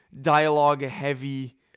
dialogue-heavy